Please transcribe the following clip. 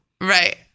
Right